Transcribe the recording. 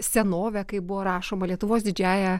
senove kaip buvo rašoma lietuvos didžiąja